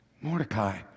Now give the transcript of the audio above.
Mordecai